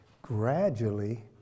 gradually